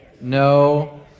no